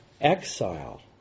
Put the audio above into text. Exile